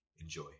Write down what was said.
Enjoy